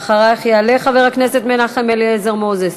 אחרייך יעלה חבר הכנסת מנחם אליעזר מוזס.